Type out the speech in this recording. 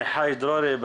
עמיחי דרורי,